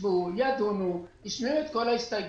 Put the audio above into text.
הם ישבו, ידונו, ישמעו את כל ההסתייגויות.